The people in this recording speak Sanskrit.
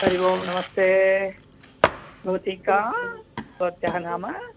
हरिः ओं नमस्ते भवती का भवत्याः नाम